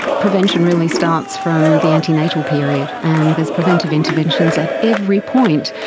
prevention really starts from the antenatal period, and there's preventive interventions at every point,